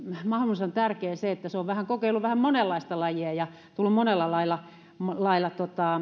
mahdollisimman tärkeää se että hän on kokeillut vähän monenlaista lajia ja ja monella lailla lailla